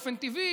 באופן טבעי